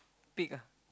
pick ah